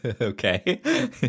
Okay